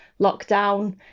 lockdown